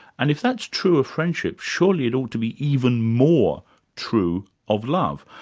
and if that's true of friendship, surely it ought to be even more true of love.